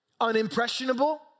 unimpressionable